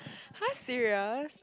!huh! serious